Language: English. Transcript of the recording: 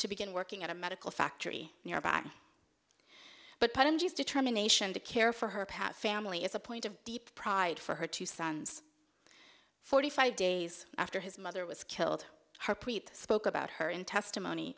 to begin working at a medical factory nearby but determination to care for her pat family is a point of deep pride for her two sons forty five days after his mother was killed harpreet spoke about her in testimony